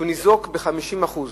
שניזוק ב-50% מערכו.